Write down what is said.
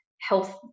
health